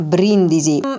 Brindisi